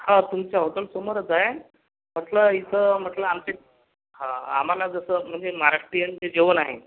हो तुमच्या होटलसमोरच आहे कसलं इथं म्हटलं आमचे हो आम्हाला जसं म्हणजे महाराष्ट्रीयन जे जेवण आहे